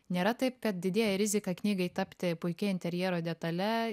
nėra taip kad didėja rizika knygai tapti puikia interjero detale